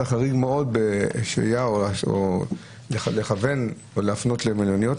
החריג מאוד בשהייה או לכוון או להפנות למלוניות.